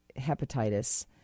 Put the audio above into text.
hepatitis